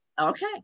Okay